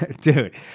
dude